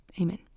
Amen